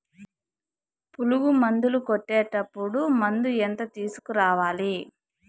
పులుగు మందులు కొట్టేటప్పుడు మందు ఎంత తీసుకురావాలి?